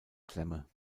klemme